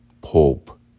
Pope